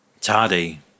Tardy